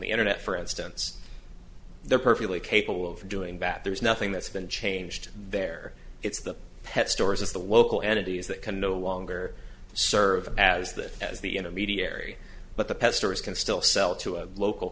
the internet for instance they're perfectly capable of doing that there's nothing that's been changed there it's the pet stores it's the local entities that can no longer serve as that as the intermediary but the pet stores can still sell to a local